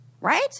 Right